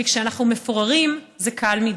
כי כשאנחנו מפוררים זה קל מדי.